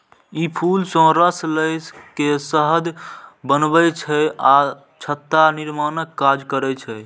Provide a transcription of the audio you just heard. ई फूल सं रस लए के शहद बनबै छै आ छत्ता निर्माणक काज करै छै